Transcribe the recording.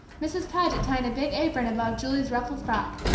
mrs. paget tying a big apron about julie's ruffled frock,